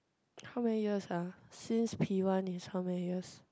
how many years ah since P one is how many years